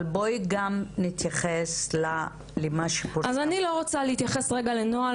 אבל בואי גם נתייחס למה ש- -- אז אני לא רוצה להתייחס לנוהל,